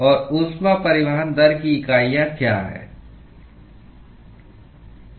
और ऊष्मा परिवहन दर की इकाइयाँ क्या हैं